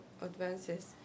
advances